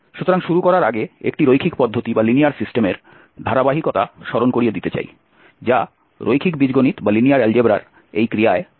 সুতরাং শুরু করার আগে একটি রৈখিক পদ্ধতির ধারাবাহিকতা স্মরণ করিয়ে দিতে চাই যা রৈখিক বীজগণিতের এই ক্রিয়ায় ইঞ্জিনিয়ারিং গণিত 1 এও আলোচনা করা হয়েছিল